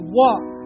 walk